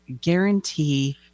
guarantee